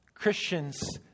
Christians